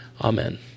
Amen